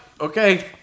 okay